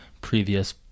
previous